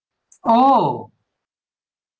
oh